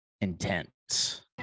Intense